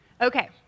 Okay